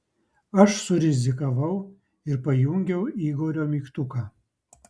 aš surizikavau ir pajungiau igorio mygtuką